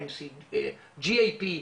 IMC GAP,